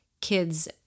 kids